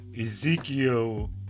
Ezekiel